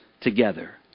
together